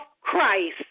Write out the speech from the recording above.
Christ